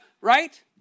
right